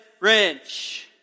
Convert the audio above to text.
wrench